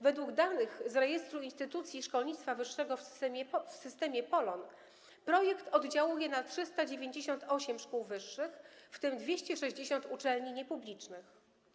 Według danych z rejestru instytucji szkolnictwa wyższego w systemie POL-on, projekt oddziałuje na 398 szkół wyższych, w tym 260 uczelni niepublicznych.